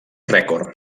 rècord